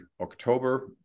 October